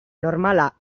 normala